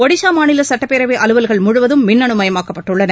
ஒடிசா மாநில சட்டப்பேரவை அலுவல்கள் முழுவதும் மின்னணுமயமாக்கப்பட்டுள்ளன